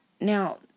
Now